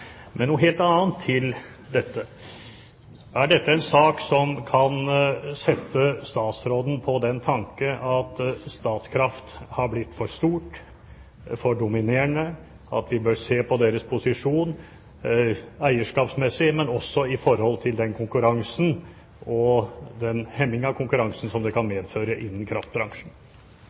sak som kan sette statsråden på den tanke at Statkraft har blitt for stort, for dominerende, og at vi bør se på dets posisjon eierskapsmessig og også i forhold til den konkurransen og den hemming av konkurransen som det kan medføre innenfor kraftbransjen?